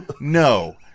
no